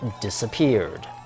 disappeared